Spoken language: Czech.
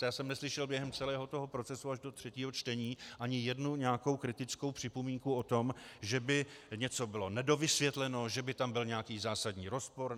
Já jsem neslyšel během celého toho procesu až do třetího čtení ani jednu nějakou kritickou připomínku o tom, že by něco bylo nedovysvětleno, že by tam byl nějaký zásadní rozpor.